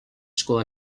school